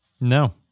No